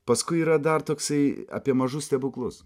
paskui yra dar toksai apie mažus stebuklus